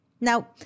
Now